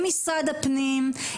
עם משרד הפנים,